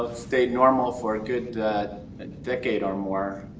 stayed normal for a good decade or more,